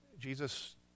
Jesus